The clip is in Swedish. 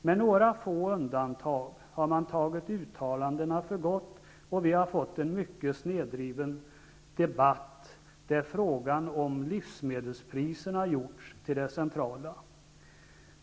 Med några få undantag har man tagit uttalandena för gott, och vi har fått en mycket snedvriden debatt, där frågan om livsmedelspriserna har gjorts till det centrala.